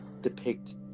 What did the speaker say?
depict